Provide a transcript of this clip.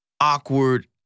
awkward